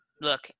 Look